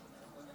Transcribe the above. התקבלה